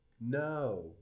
No